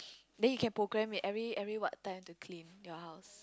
then you can programme it every every what time to clean your house